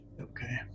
Okay